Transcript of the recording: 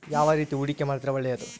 ಯಾವ ರೇತಿ ಹೂಡಿಕೆ ಮಾಡಿದ್ರೆ ಒಳ್ಳೆಯದು?